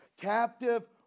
captive